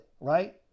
right